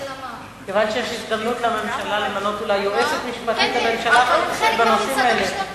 שיש הזדמנות לממשלה למנות אולי יועצת משפטית לממשלה בנושאים האלה,